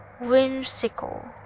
whimsical